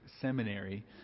seminary